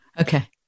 Okay